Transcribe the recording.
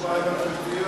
מה עם החינוך?